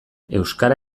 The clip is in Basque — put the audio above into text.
euskara